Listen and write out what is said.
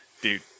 dude